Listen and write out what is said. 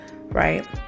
right